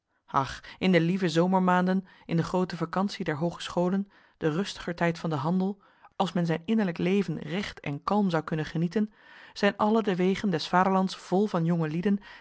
ach in de lieve zomermaanden in de groote vacantie der hoogeschoolen den rustiger tijd van den handel als men zijn innerlijk leven recht en kalm zou kunnen genieten zijn alle de wegen des vaderlands vol van